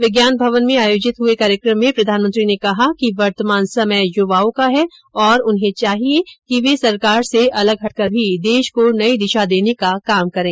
विज्ञान भवन में आयोजित हुए कार्यक्रम में प्रधानमंत्री ने कहा कि वर्तमान समय युवाओं का है और उन्हें चाहिये कि वे सरकार से अलग हटकर भी देश को नई दिशा देने का काम करें